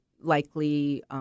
likely